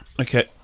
okay